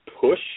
push